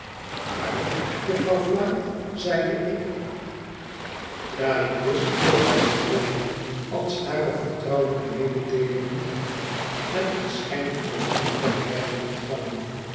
waarlijk jufvrouw flite zeide ik daar ik wist hoe het haar streelde als hare vertrouwelijke mededeelingen met een schijn van belangstelling werden ontvangen